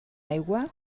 aigua